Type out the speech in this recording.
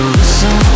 listen